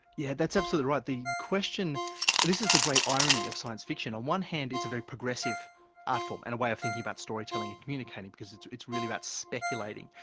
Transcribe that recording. yeah that's absolutely right. the question and this is the great irony of science fiction on one hand it's a very progressive article um and a way of thinking about storytelling, communicating, because it's it's really about speculating.